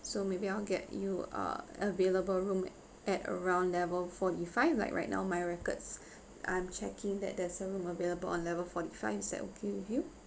so maybe I'll get you uh available room at around level forty five like right now my records I'm checking that there's a room available on level forty five is that okay with you